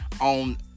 on